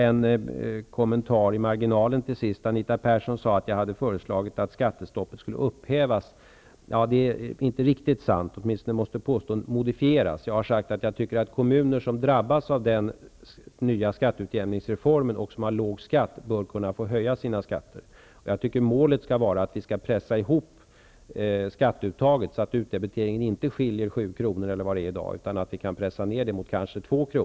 En kommentar i marginalen. Anita Persson sade att jag hade föreslagit att skattestoppet skulle upphävas. Det är inte riktigt sant. Påståendet måste modifieras en aning. Jag har sagt att kommuner som drabbas av den nya skatteutjämningsreformen och som har låg skatt bör kunna få höja sina skatter. Jag tycker målet bör vara att pressa ihop skatteuttaget så att utdebiteringen inte skiljer 7 kr. som den kan göra i dag, utan att den kan pressas ned till kanske 2 kr.